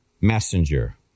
messenger